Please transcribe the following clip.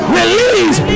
release